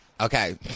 Okay